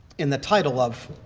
in the title of